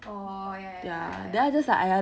orh ya ya ya ya ya